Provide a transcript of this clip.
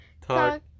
talk